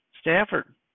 Stafford